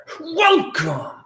Welcome